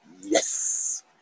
yes